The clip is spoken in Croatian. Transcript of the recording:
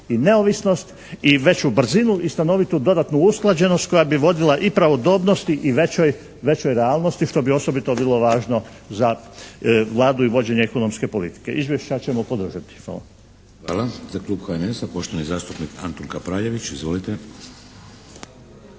i neovisnost i veću brzinu i stanovitu dodatnu usklađenost koja bi vodila i pravodobnosti i većoj realnosti što bi osobito bilo važno za Vladu i vođenje ekonomske politike. Izvješća ćemo podržati. Hvala.